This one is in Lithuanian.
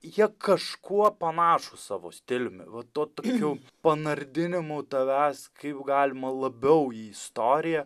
jie kažkuo panašūs savo stiliumi va tuo tokiu panardinimu tavęs kaip galima labiau į istoriją